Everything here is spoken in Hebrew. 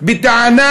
בטענה